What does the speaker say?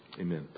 Amen